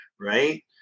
right